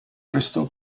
prestò